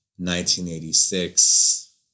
1986